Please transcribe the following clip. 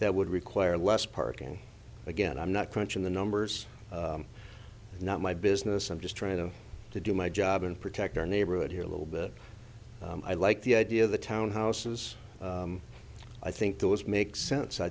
that would require less parking again i'm not crunching the numbers not my business i'm just trying to do my job and protect our neighborhood here a little bit i like the idea of the town houses i think those make sense i